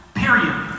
period